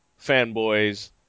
fanboys